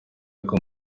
ariko